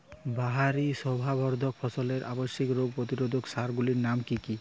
বাহারী শোভাবর্ধক ফসলের আবশ্যিক রোগ প্রতিরোধক সার গুলির নাম কি কি?